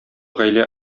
гаилә